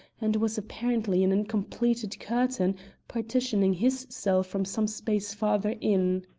and was apparently an incompleted curtain partitioning his cell from some space farther in.